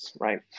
right